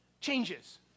changes